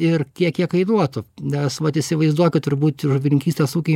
ir kiek jie kainuotų nes vat įsivaizduokit turbūt žuvininkystės ūkiai